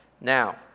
Now